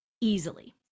easily